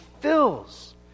fills